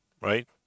Right